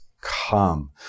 come